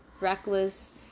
reckless